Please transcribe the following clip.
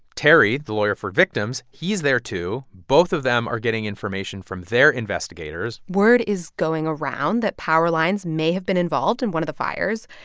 terry, the lawyer for victims, he's there too. both of them are getting information from their investigators word is going around that power lines may have been involved in one of the fires.